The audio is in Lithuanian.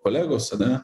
kolegos ane